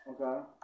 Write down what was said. Okay